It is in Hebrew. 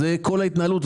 כל ההתנהלות,